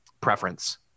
preference